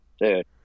dude